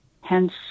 hence